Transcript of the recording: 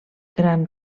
gran